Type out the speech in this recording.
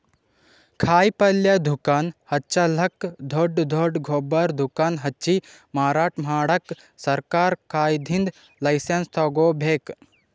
ಕಾಯಿಪಲ್ಯ ದುಕಾನ್ ಹಚ್ಚಲಕ್ಕ್ ದೊಡ್ಡ್ ದೊಡ್ಡ್ ಗೊಬ್ಬರ್ ದುಕಾನ್ ಹಚ್ಚಿ ಮಾರಾಟ್ ಮಾಡಕ್ ಸರಕಾರ್ ಕಡೀನ್ದ್ ಲೈಸನ್ಸ್ ತಗೋಬೇಕ್